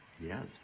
yes